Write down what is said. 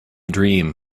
dream